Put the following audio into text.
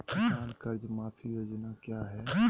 किसान कर्ज माफी योजना क्या है?